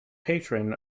patron